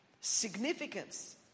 significance